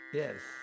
Yes